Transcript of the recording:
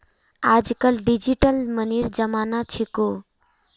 आजकल डिजिटल मनीर जमाना छिको